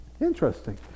interesting